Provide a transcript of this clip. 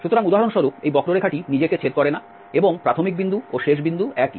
সুতরাং উদাহরণস্বরূপ এই বক্ররেখাটি নিজেকে ছেদ করে না এবং প্রাথমিক বিন্দু ও শেষ বিন্দু একই